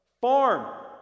Farm